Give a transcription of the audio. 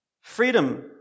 Freedom